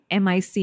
MIC